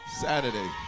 Saturday